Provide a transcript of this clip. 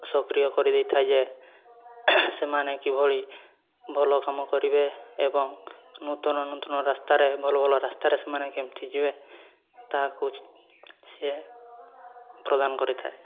ସକ୍ରିୟ କରିଦେଇଥାଏ ଯେ ସେମାନେ କିଭଳି ଭଲ କାମ କରିବେ ଏବଂ ନୂତନ ନୂତନ ରାସ୍ତାରେ ଭଲ ଭଲ ରାସ୍ତାରେ ସେମାନେ କେମିତି ଯିବେ ତାହାକୁ ସିଏ ପ୍ରଦାନ କରିଥାଏ